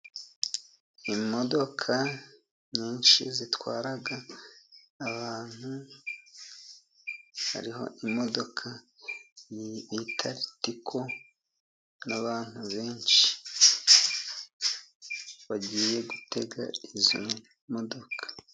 Imodoka nyinshi zitwara abantu, hariho imodoka bita ritiko n'abantu benshi, bagiye gutega izo modoka.